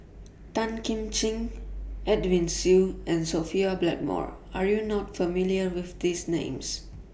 Tan Kim Ching Edwin Siew and Sophia Blackmore Are YOU not familiar with These Names